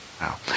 Wow